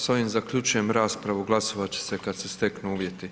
S ovim zaključujem raspravu, glasovati će se kada se steknu uvjeti.